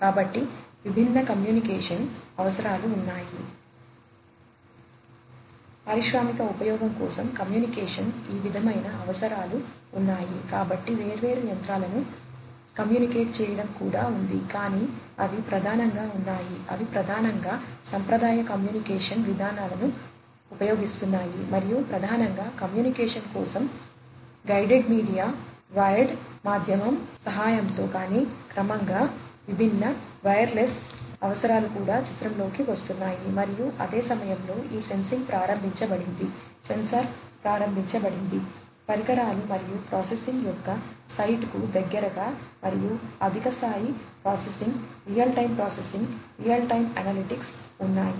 కాబట్టి విభిన్న కమ్యూనికేషన్ ప్రారంభించబడింది సెన్సార్ ప్రారంభించబడింది పరికరాలు మరియు ప్రాసెసింగ్ యొక్క సైట్కు దగ్గరగా మరియు అధిక స్థాయి processing real time processing real time analytics ఉన్నాయి